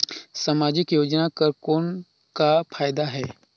समाजिक योजना कर कौन का फायदा है?